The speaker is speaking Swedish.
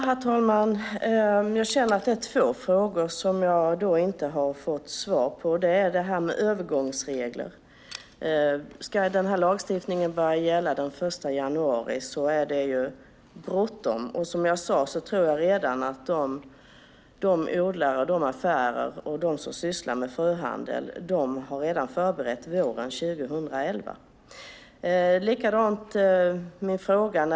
Herr talman! Två frågor känner jag att jag inte fått svar på. Dels gäller det övergångsreglerna. Om den här lagstiftningen ska börja gälla den 1 januari är det bråttom. Som jag tidigare sagt tror jag att de odlare, de affärer och de som sysslar med fröhandel redan har förberett sig inför våren 2011.